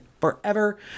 forever